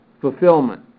fulfillment